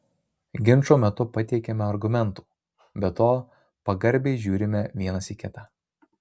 ginčo metu pateikiame argumentų be to pagarbiai žiūrime vienas į kitą